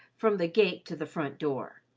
from the gate to the front door?